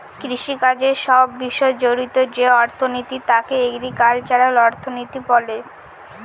কৃষিকাজের সব বিষয় জড়িত যে অর্থনীতি তাকে এগ্রিকালচারাল অর্থনীতি বলে